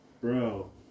bro